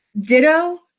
ditto